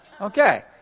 Okay